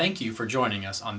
thank you for joining us on